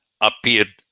appeared